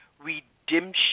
redemption